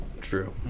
True